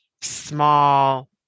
small